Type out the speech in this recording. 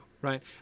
right